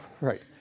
right